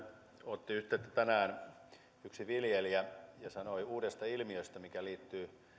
otti yhteyttä tänään yksi viljelijä ja sanoi uudesta ilmiöstä mikä liittyy